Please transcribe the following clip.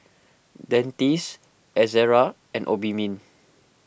Dentiste Ezerra and Obimin